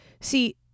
See